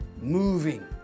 moving